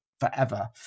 forever